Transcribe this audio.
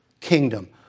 kingdom